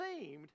seemed